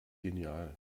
genial